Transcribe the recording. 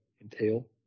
entail